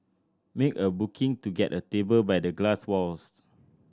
make a booking to get a table by the glass walls